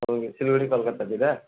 ए Siliguri कलकत्तातिर